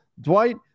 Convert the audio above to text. Dwight